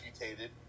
amputated